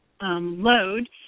load